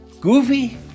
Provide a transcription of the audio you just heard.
goofy